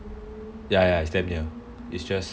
ya ya it's damn near